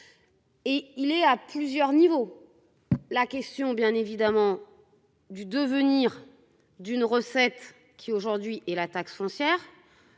Et il est à plusieurs niveaux. La question bien évidemment. Du devenir d'une recette qui aujourd'hui et la taxe foncière.